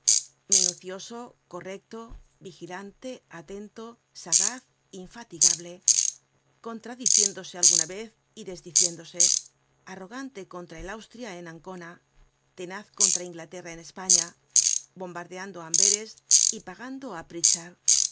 minucioso correcto vigilante atento sagaz infatigable contradiciéndose alguna vez y desdiciéndose arrogante contra el austria en ancona tenaz contra inglaterra en españa bombardeando á amberes y pagando